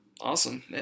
Awesome